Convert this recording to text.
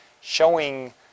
showing